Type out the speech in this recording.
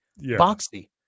boxy